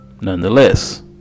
Nonetheless